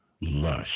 lush